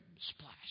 splash